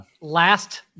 last